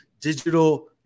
digital